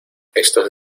estos